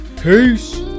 Peace